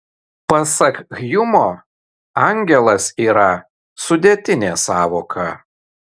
pasak hjumo angelas yra sudėtinė sąvoka